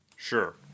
Sure